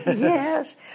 Yes